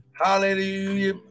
Hallelujah